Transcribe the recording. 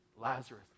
Lazarus